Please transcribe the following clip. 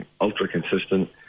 ultra-consistent